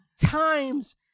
times